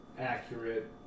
accurate